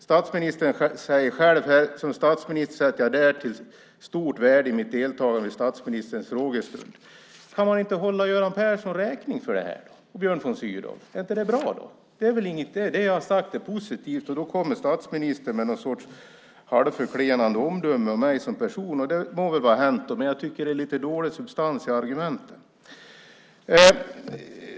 Statsministern säger själv här: Som statsminister sätter jag därtill stort värde i mitt deltagande vid statsministerns frågestund. Kan man inte hålla Göran Persson och Björn von Sydow räkning för det här? Är inte det bra? Det jag har sagt är positivt. Då kommer statsministern med någon sorts halvförklenande omdöme om mig som person. Det må vara hänt, men jag tycker att det är lite dålig substans i argumenten.